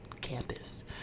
campus